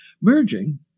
merging